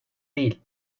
değil